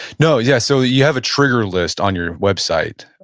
no, yeah, so you have a trigger list on your website,